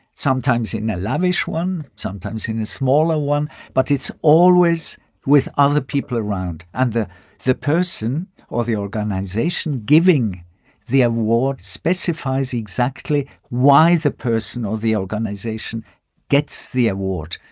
sometimes in a lavish one, sometimes in a smaller one, but it's always with other people around. and the the person or the organization giving the award specifies exactly why the person or the organization gets the award.